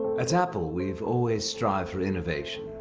at apple, we've always strived for innovation.